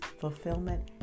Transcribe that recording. fulfillment